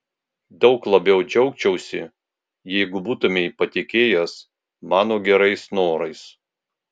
daug labiau džiaugčiausi jeigu būtumei patikėjęs mano gerais norais